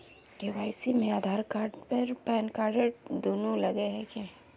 KYC में Aadhaar card आर pan card दुनू लगे है की?